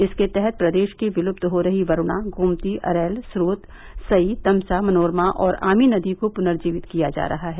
इसके तहत प्रदेश की विलुप्त हो रही वरूणा गोमती अरैल स्रोत सई तमसा मनोरमा और आमी नदी को पुनर्जीवित किया जा रह है